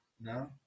no